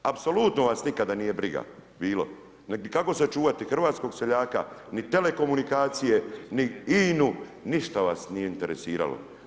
Apsolutno vas nikada nije briga bilo niti kako sačuvati hrvatskog seljaka niti telekomunikacije ni INA-u, ništa vas nije interesiralo.